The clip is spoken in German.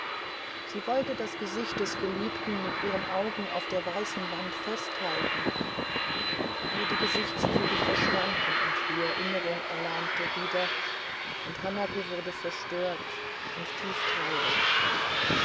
sie wollte das gesicht des geliebten mit ihren augen auf der weißen wand festhalten aber die gesichtszüge verschwanden und die erinnerung erlahmte wieder und hanake wurde verstört und tief traurig